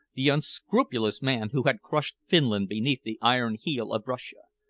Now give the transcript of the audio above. the unscrupulous man who had crushed finland beneath the iron heel of russia,